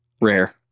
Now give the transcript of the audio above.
Rare